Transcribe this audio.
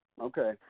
Okay